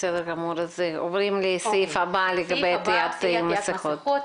עוברים לסעיף הבא לגבי עטיית מסכות.